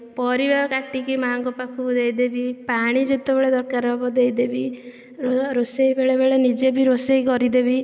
ପରିବା କାଟିକି ମା'ଙ୍କ ପାଖକୁ ଦେଇ ଦେବି ପାଣି ଯେତେବେଳେ ଦରକାର ହବ ଦେଇଦେବି ରୋଷେଇ ବେଳେବେଳେ ନିଜେ ବି ରୋଷେଇ କରିଦେବି